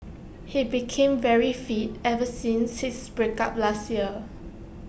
he became very fit ever since his break up last year